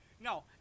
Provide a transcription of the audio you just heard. No